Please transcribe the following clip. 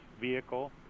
vehicle